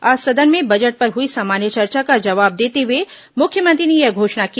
आज सदन में बजट पर हुई सामान्य चर्चा का जवाब देते हुए मुख्यमंत्री ने यह घोषणा की